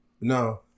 No